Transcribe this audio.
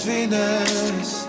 Venus